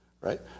right